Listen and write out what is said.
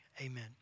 Amen